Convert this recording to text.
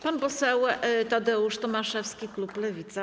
Pan poseł Tadeusz Tomaszewski, klub Lewica.